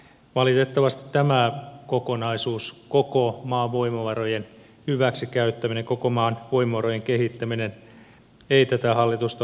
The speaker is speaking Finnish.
valitettavasti tämä kokonaisuus koko maan voimavarojen hyväksikäyttäminen koko maan voimavarojen kehittäminen ei tätä hallitusta ole oikein kiinnostanut